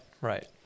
right